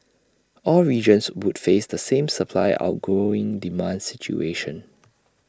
all regions would face the same supply outgrowing demand situation